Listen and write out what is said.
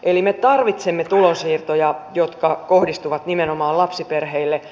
eli me tarvitsemme tulonsiirtoja jotka kohdistuvat nimenomaan lapsiperheille